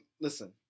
listen